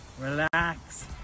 relax